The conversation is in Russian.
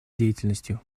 деятельностью